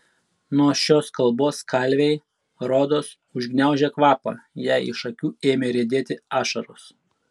nuo šios kalbos kalvei rodos užgniaužė kvapą jai iš akių ėmė riedėti ašaros